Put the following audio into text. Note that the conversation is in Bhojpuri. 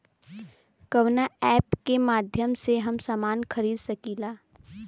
कवना ऐपके माध्यम से हम समान खरीद सकीला?